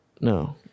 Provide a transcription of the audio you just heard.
No